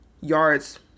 yards